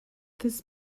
this